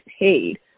paid